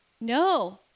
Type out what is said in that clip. No